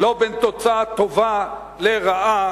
לא בין תוצאה טובה לרעה,